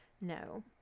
no